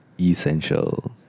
essential